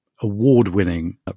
award-winning